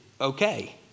okay